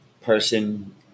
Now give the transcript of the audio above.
person